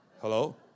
Hello